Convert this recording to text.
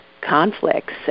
conflicts